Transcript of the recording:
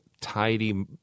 tidy